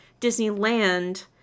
Disneyland